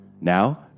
Now